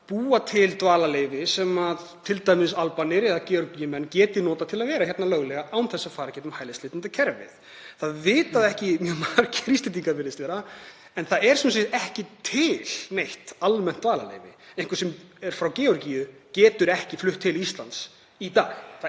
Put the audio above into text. búa til dvalarleyfi sem t.d. Albanir eða Georgíumenn geta notað til að vera hérna löglega án þess að fara í gegnum hælisleitendakerfið. Það vita það ekki mjög margir Íslendingar, virðist vera, að það er ekki til neitt almennt dvalarleyfi. Einhver sem er frá Georgíu getur ekki flutt til Íslands í dag.